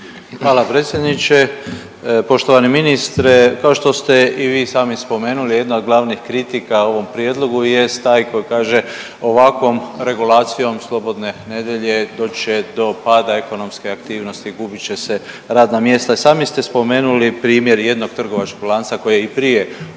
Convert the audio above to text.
Hvala predsjedniče. Poštovani ministre, kao što ste i vi sami spomenuli jedna od glavnih kritika ovom prijedlogu jest taj koji kaže ovakvom regulacijom slobodne nedjelje doći će do pada ekonomske aktivnosti i gubit će se radna mjesta i sami ste spomenuli primjer jednog trgovačkog lanca koji je i prije ovog